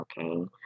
okay